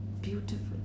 beautiful